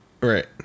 Right